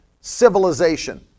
civilization